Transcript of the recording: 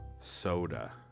soda